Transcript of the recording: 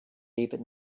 even